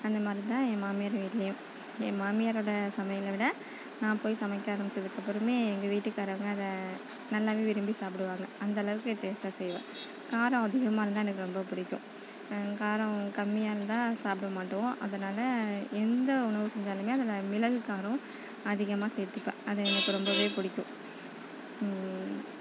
அந்த மாதிரி தான் என் மாமியார் வீட்டிலியும் என் மாமியாரோடய சமையலை விட நான் போய் சமைக்க ஆரம்பித்ததுக்கு அப்புறமே எங்கள் வீட்டுக்காரங்க அதை நல்லாவே விரும்பி சாப்பிடுவாங்க அந்தளவுக்கு நான் டேஸ்டாக செய்வேன் காரம் அதிகமாக இருந்தால் எனக்கு ரொம்ப பிடிக்கும் காரம் கம்மியாக இருந்தால் சாப்பிடமாட்டோம் அதனால எந்த உணவு செஞ்சாலுமே அதில் மிளகு காரம் அதிகமாக சேர்த்துப்பேன் அது எனக்கு ரொம்பவே பிடிக்கும்